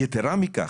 יתרה מכך,